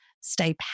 Stay